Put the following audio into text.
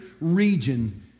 region